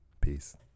Peace